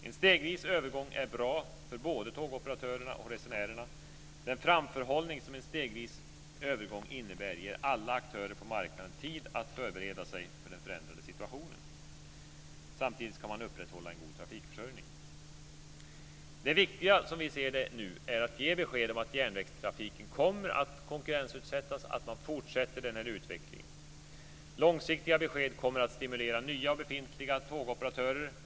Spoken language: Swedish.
En stegvis övergång är bra för både tågoperatörerna och resenärerna. Den framförhållning som en stegvis övergång innebär ger alla aktörer på marknaden tid att förbereda sig för den förändrade situationen. Samtidigt kan man upprätthålla en god trafikförsörjning. Det viktiga nu, som vi ser det, är att ge besked om att järnvägstrafiken kommer att konkurrensutsättas och att man fortsätter denna utveckling. Långsiktiga besked kommer att stimulera nya och befintliga tågoperatörer.